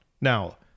now